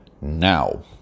Now